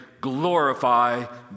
glorify